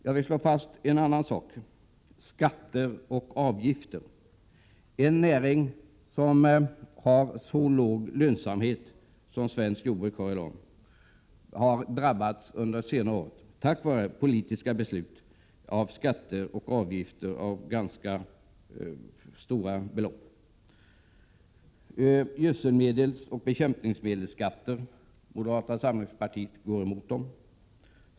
Jag vill slå fast ytterligare en sak när det gäller skatter och avgifter. Det svenska jordbruket, som har så låg lönsamhet, har under senare år drabbats av politiska beslut om skatter och avgifter till stora belopp. Gödselmedelsoch bekämpningsmedelsskatter går moderata samlingspartiet emot.